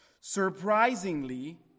Surprisingly